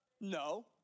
No